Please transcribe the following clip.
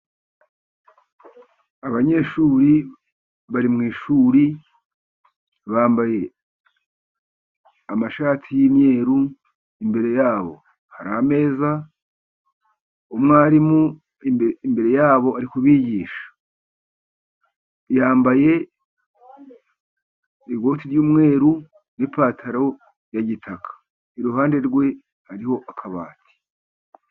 Abanyeshuri bari mu ishuri bambaye amashati y'imyeru, imbere yabo hari ameza, umwarimu imbere yabo ari kubigisha, yambaye ikoti ry'umweru n'ipantaro ya gitaka, iruhande rwe hariho akabati.